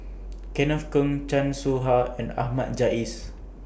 Kenneth Keng Chan Soh Ha and Ahmad Jais